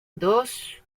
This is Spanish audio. dos